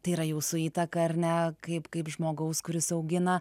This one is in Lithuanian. tai yra jūsų įtaka ar ne kaip kaip žmogaus kuris augina